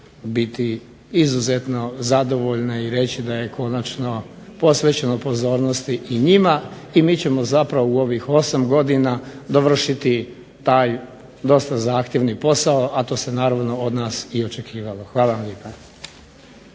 biti izuzetno zadovoljne i reći da je konačno posvećeno pozornosti i njima i mi ćemo zapravo u ovih 8 godina dovršiti taj dosta zahtjevni posao, a to se naravno od nas i očekivalo. Hvala vam lijepa.